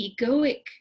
egoic